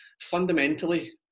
fundamentally